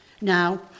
Now